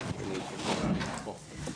הישיבה נעולה.